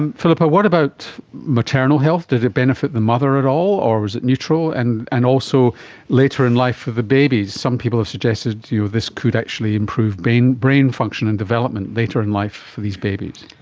and philippa, what about maternal health? does it benefit the mother at all or is it neutral? and and also later in life for the babies? some people have suggested this could actually improve brain brain function and development later in life for these babies.